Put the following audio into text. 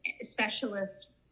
specialists